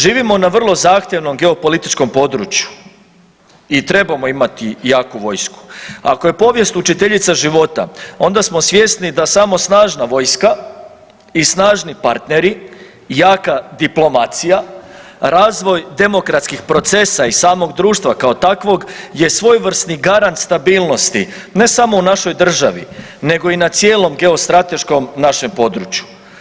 Živimo na vrlo zahtjevnom geopolitičkom području i trebamo imati jaku vojsku, ako je povijest učiteljica života onda smo svjesni da samo snažna vojska i snažni partneri, jaka diplomacija, razvoj demokratskih procesa i samog društva kao takvog je svojevrsni garant stabilnosti ne samo u našoj državi nego i na cijelom geostrateškom našem području.